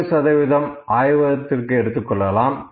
33 சதவீதம் ஆய்வகத்திற்கு எடுத்துக்கொள்ளலாம்